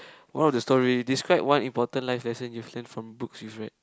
moral of the story describe one important life lesson you've learnt from books you've read